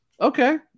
Okay